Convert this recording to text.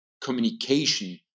communication